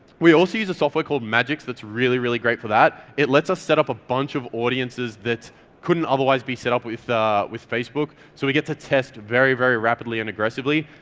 we also use a software called madgicx, that's really really great for that. t lets us set up a bunch of audiences that couldn't otherwise be set up with ah with facebook. so we get to test very very rapidly and aggressively,